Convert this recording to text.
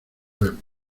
vemos